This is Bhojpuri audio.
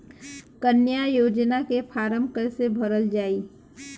कन्या योजना के फारम् कैसे भरल जाई?